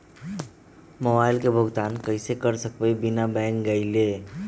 Mobile के भुगतान कईसे कर सकब बिना बैंक गईले?